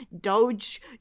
doge